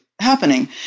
happening